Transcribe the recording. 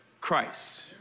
Christ